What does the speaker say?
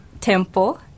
temple